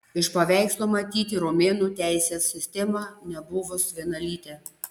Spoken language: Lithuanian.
iš paveikslo matyti romėnų teisės sistemą nebuvus vienalytę